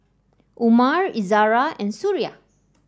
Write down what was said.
Umar Izzara and Suria